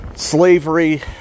Slavery